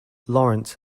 lawrence